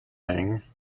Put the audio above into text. lange